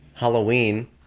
Halloween